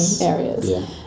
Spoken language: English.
areas